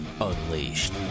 Unleashed